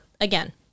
again